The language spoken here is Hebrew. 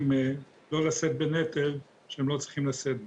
לא לשאת בנטל שהם לא צריכים לשאת בו.